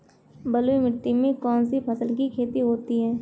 बलुई मिट्टी में कौनसी फसल की खेती होती है?